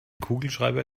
kugelschreiber